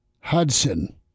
Hudson